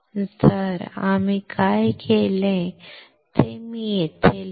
तर आम्ही काय केले ते मी येथे लिहीन